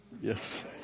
Yes